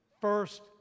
first